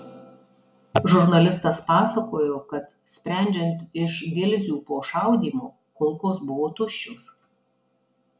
žurnalistas pasakojo kad sprendžiant iš gilzių po šaudymo kulkos buvo tuščios